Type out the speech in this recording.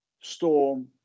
storm